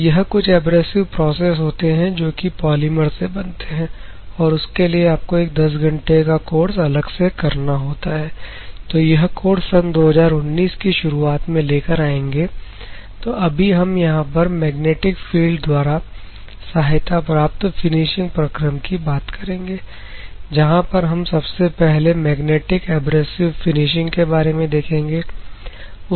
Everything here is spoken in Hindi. तो यह कुछ एब्रेसिव प्रोसेस होते हैं जो कि पॉलीमर से बनते हैं और उसके लिए आपको एक 10 घंटे का कोर्स अलग से करना होता है तो यह कोर्स सन 2019 की शुरुआत में लेकर आएंगे तो अभी हम यहां पर मैग्नेटिक फील्ड द्वारा सहायता प्राप्त फिनिशिंग प्रक्रम की बात करेंगे जहां पर हम सबसे पहले मैग्नेटिक एब्रेसिव फिनिशिंग के बारे में देखेंगे